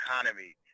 economy